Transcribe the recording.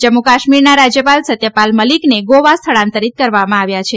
જમ્મુ કાશ્મીરના રાજ્યપાલ સત્યપા મલિકને ગોવા સ્થળાંતરિત કરવામાં આવ્યા છે